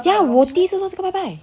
yeah 我第一次做这个拜拜